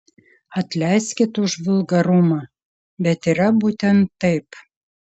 atleiskit už vulgarumą bet yra būtent taip